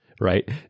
right